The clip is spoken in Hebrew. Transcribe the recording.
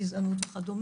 גזענות וכד',